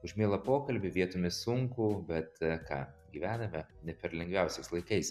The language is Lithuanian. už mielą pokalbį vietomis sunkų bet ką gyvename ne per lengviausiais laikais